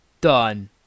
done